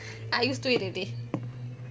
I used to it already